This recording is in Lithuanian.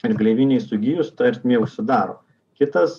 ir gleivinei sugijus ta ertmė užsidaro kitas